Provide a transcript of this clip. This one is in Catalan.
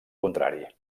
contrari